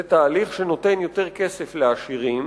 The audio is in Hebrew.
זה תהליך שנותן יותר כסף לעשירים